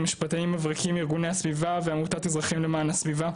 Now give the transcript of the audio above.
משפטנים מבריקים מארגוני הסביבה ועמותת אזרחים למען הסביבה,